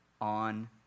on